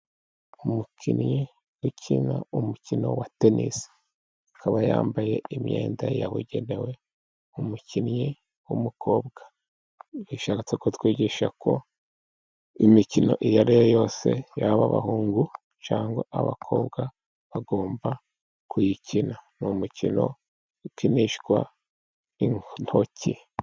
Umukinnyi ukina umukino wa tenisi akaba yambaye imyenda yabugenewe. Umukinnyi w'umukobwa, bishatse kutwigisha ko imikino iyo ari yo yose yaba abahungu cyangwa abakobwa, bagomba kuyikina. Ni umukino ukinishwa intoki.